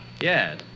Yes